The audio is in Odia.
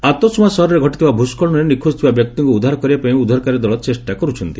ଆତସ୍ତମା ସହରରେ ଘଟିଥିବା ଭୁସ୍କଳନରେ ନିଖୋଜ ଥିବା ବ୍ୟକ୍ତିଙ୍କୁ ଉଦ୍ଧାର କରିବା ପାଇଁ ଉଦ୍ଧାରକାରୀ ଦଳ ଚେଷ୍ଟା କରୁଛନ୍ତି